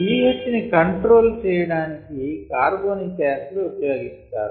pHని control చేయడానికి carbonic acid ఉపయోగిస్తారు